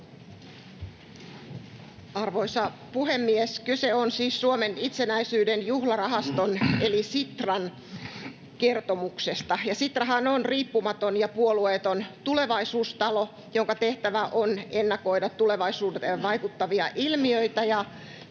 Arvoisa puhemies! Kyse on siis Suomen itsenäisyyden juhlarahaston eli Sitran kertomuksesta. Sitrahan on riippumaton ja puolueeton tulevaisuustalo, jonka tehtävänä on ennakoida tulevaisuuteen vaikuttavia ilmiöitä